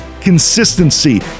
consistency